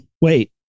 wait